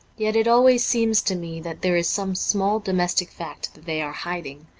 yet it always seems to me that there is some small domestic fact that they are hiding,